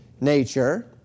nature